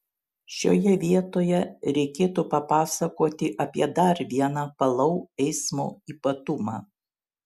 šioje vietoje reikėtų papasakoti apie dar vieną palau eismo ypatumą